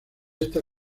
esta